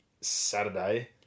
Saturday